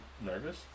Nervous